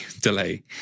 delay